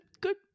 good